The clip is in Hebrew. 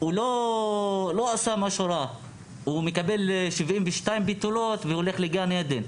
לא עשה משהו רע והוא מקבל 72 בתולות ומגיע לגן עדן.